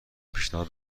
پیشنهاد